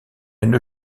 une